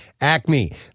Acme